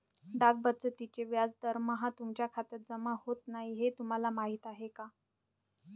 डाक बचतीचे व्याज दरमहा तुमच्या खात्यात जमा होत नाही हे तुम्हाला माहीत आहे का?